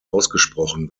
ausgesprochen